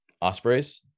Ospreys